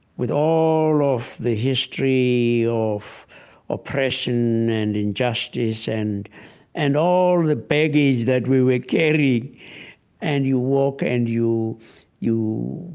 with all of the history of oppression and injustice and and all the baggage that we were carrying and you walk and you you